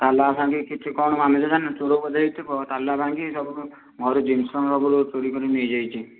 ତାଲା ଭାଙ୍ଗିକି କିଛି କ'ଣ ଆମେ ତ ଜାଣିନୁ ଚୋର ବୋଧେ ହେଇଥିବ ତାଲା ଭାଙ୍ଗି ସବୁ ମୋର ଜିନିଷ ସବୁ ଚୋରି କରି ନେଇ ଯାଇଛି